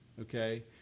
okay